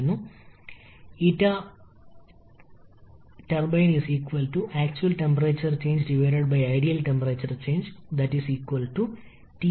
ഇപ്പോൾ V യുമായി പ്രവർത്തിക്കുന്നത് വളരെ സങ്കീർണ്ണമാണ് അതിനാൽ VA V1 VD VB എന്നിവയുമായി പ്രവർത്തിക്കുന്നതിനുപകരം നമ്മൾ എല്ലാം സമ്മർദ്ദത്തിന്റെ അടിസ്ഥാനത്തിൽ പരിവർത്തനം ചെയ്യാൻ പോകുന്നു